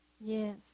Yes